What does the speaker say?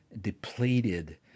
depleted